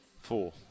Four